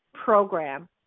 Program